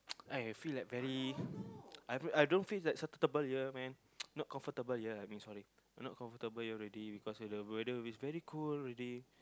I feel like very I don't I don't feel that accpetable here man not comfortable here I mean sorry not comfortable here already because of the weather is very cold already have to do something